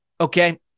okay